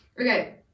Okay